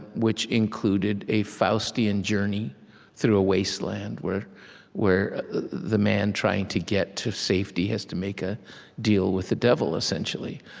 which included a faustian journey through a wasteland, where where the man trying to get to safety has to make a deal with the devil, essentially.